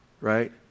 right